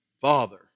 Father